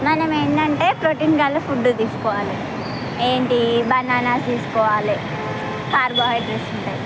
మనం ఏంటంటే ప్రోటీన్ గల ఫుడ్డు తీసుకోవాలి ఏంటి బనానాస్ తీసుకోవాలి కార్బోహైడ్రేట్స్ ఉంటాయి